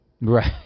Right